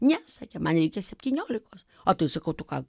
ne sakė man reikia septyniolikos a tai sakau tu ką